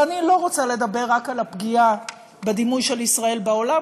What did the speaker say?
אבל אני לא רוצה לדבר רק על הפגיעה בדימוי של ישראל בעולם,